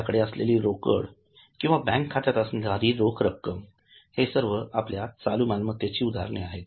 आपल्याकडे असलेली रोकड किंवा बँक खात्यात असणारी रोख रक्कम हे सर्व आपल्या चालू मालमत्तेची उदाहरणे आहेत